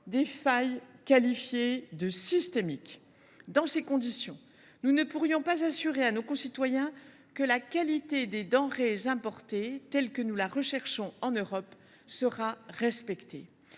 des failles qualifiées de systémiques. Dans ces conditions, nous ne pourrions pas garantir à nos concitoyens que la qualité des denrées importées, telle que nous la recherchons en Europe, sera respectée.